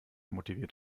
motiviert